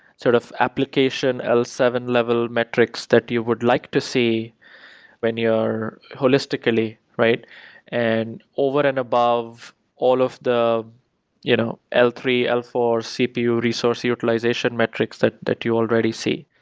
sort of application l seven level metrics that you would like to see when you're holistically and over and above all of the you know l three, l four cpu resource utilization metrics that that you already see.